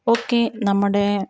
okay നമ്മുടെ